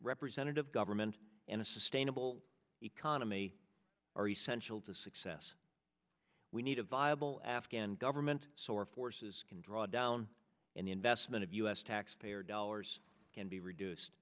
representative government and a sustainable economy are essential to success we need a viable afghan government sort forces can draw down and investment of u s taxpayer dollars can be reduced